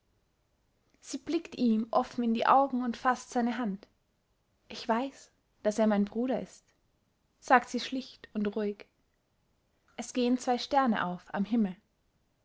sie blickt ihm offen in die augen und faßt seine hand ich weiß daß er mein bruder ist sagte sie schlicht und ruhig es gehen zwei sterne auf am himmel